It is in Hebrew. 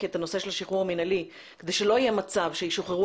את הנושא של השחרור המינהלי כדי שלא יהיה מצב שישוחררו